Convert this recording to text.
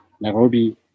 Nairobi